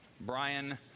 Brian